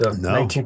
No